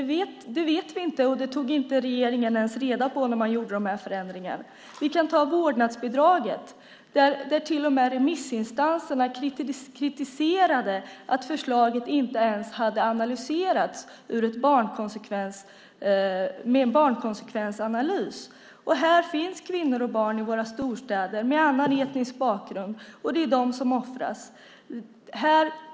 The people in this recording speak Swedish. Det vet vi inte, och det tog regeringen inte ens reda på när man gjorde de förändringarna. Vi kan ta vårdnadsbidraget. Till och med remissinstanserna kritiserade att förslaget inte hade en barnkonsekvensanalys. Här finns kvinnor och barn i våra storstäder med annan etnisk bakgrund. Det är de som offras.